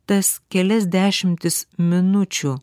tas kelias dešimtis minučių